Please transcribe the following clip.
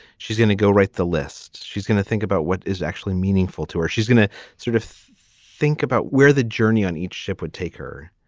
she's going to go write the list. she's going to think about what is actually meaningful to her. she's going to sort of think about where the journey on each ship would take her.